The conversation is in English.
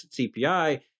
cpi